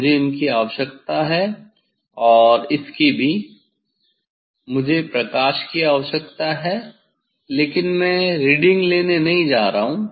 मुझे इसकी आवश्यकता है और इसकी भी मुझे प्रकाश की आवश्यकता है लेकिन मैं रीडिंग लेने नहीं जा रहा हूं